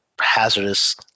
hazardous